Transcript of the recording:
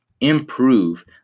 improve